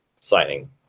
signing